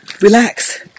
relax